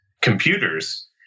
computers